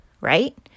right